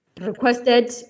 requested